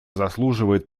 заслуживает